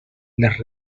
les